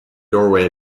doorway